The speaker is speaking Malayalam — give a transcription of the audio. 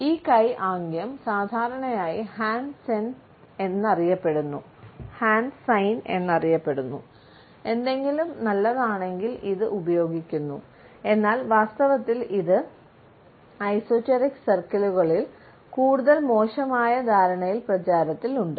ഈ കൈ ആംഗ്യം സാധാരണയായി ഹാൻഡ് സൈൻ എന്നറിയപ്പെടുന്നു എന്തെങ്കിലും നല്ലതാണെങ്കിൽ ഇത് ഉപയോഗിക്കുന്നു എന്നാൽ വാസ്തവത്തിൽ ഇത് എസോട്ടെറിക് സർക്കിളുകളിൽ കൂടുതൽ മോശമായ ധാരണയിൽ പ്രചാരത്തിലുണ്ട്